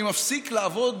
אני מפסיק לעבוד